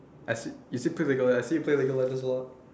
as you still play league of legends I see you play league of legends a lot